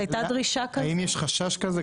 האם יש חשש כזה?